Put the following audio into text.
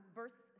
verse